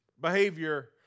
behavior